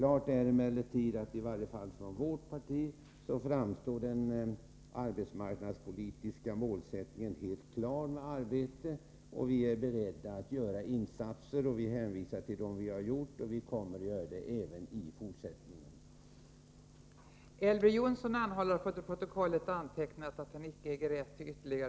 Ur vårt partis synvinkel framstår den arbetsmarknadspolitiska målsättningen som klar. Vi är beredda att göra insatser. Vi hänvisar till dem vi har gjort, och vi kommer även i fortsättningen att göra insatser.